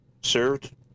served